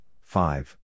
five